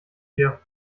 hier